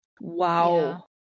Wow